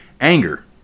Anger